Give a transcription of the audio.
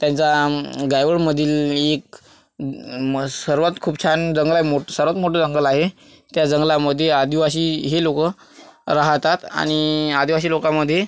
त्याचा गायवळमधील एक सर्वात खूप छान जंगल आहे मोठ् सर्वात मोठं जंगल आहे त्या जंगलामध्ये आदिवासी हे लोक राहतात आणि आदिवासी लोकामध्ये